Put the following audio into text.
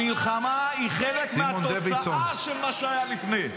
המלחמה היא חלק מהתוצאה של מה שהיה לפני.